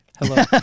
Hello